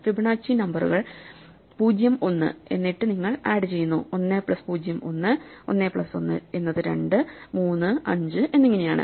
Fibonacci നമ്പറുകൾ 0 1 എന്നിട്ട് നിങ്ങൾ ആഡ് ചെയ്യുന്നു 1 പ്ലസ് 0 1 1 പ്ലസ് 1 എന്നത് 2 3 5 എന്നിങ്ങനെയാണ്